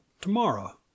tomorrow